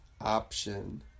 option